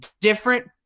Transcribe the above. different